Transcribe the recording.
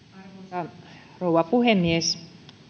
arvoisa rouva puhemies